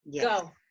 Go